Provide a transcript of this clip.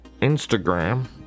Instagram